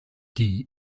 die